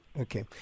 Okay